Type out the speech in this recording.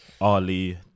Ali